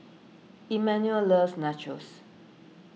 Emanuel loves Nachos